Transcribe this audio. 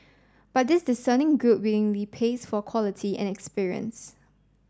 but this discerning group willingly pays for quality and experience